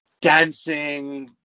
dancing